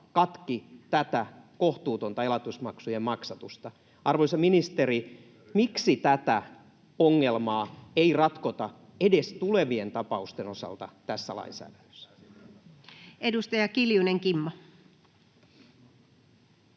Törkeää! — Käsittämätöntä!] Arvoisa ministeri, miksi tätä ongelmaa ei ratkota edes tulevien tapausten osalta tässä lainsäädännössä? Edustaja Kiljunen, Kimmo.